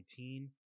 2019